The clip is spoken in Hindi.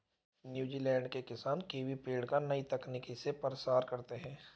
न्यूजीलैंड के किसान कीवी पेड़ का नई तकनीक से प्रसार करते हैं